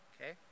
Okay